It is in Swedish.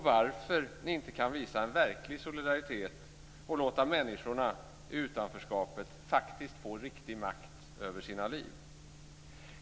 Varför kan ni inte visa en verklig solidaritet och låta människorna i utanförskapet faktiskt få riktigt makt över sina liv?